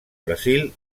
brasil